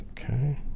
Okay